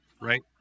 Right